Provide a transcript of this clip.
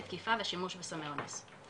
עברתי תקיפה ושימוש בסמי אונס,